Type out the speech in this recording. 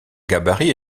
gabarit